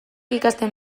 ikasten